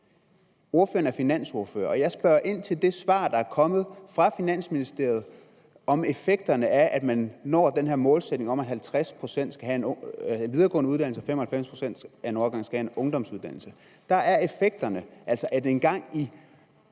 Ordføreren er finansordfører, og jeg spørger ind til det svar, der er kommet fra Finansministeriet, om effekterne af at nå målsætningen om, at 50 pct. skal have en videregående uddannelse og 95 pct. af en årgang skal have en ungdomsuddannelse. Der er effekterne